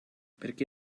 perché